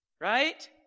Right